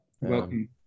Welcome